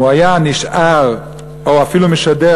אם הוא היה נשאר או אפילו משדר